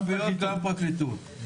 גם הפרקליטות.